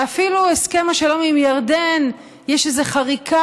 ואפילו בהסכם השלום עם ירדן יש איזו חריקה